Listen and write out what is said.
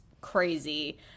crazy